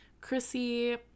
Chrissy